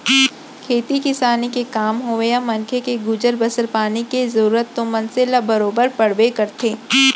खेती किसानी के काम होवय या मनखे के गुजर बसर पानी के जरूरत तो मनसे ल बरोबर पड़बे करथे